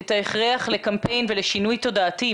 את ההכרח לקמפיין ולשינוי תודעתי,